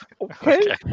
Okay